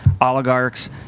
oligarchs